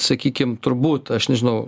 sakykime turbūt aš nežinau